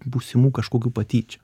būsimų kažkokių patyčių